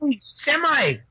semi